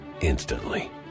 instantly